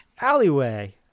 Alleyway